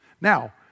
Now